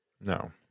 no